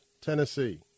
Tennessee